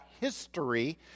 history